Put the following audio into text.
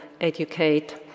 educate